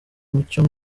mucyo